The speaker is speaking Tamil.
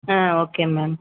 ah okay ma'am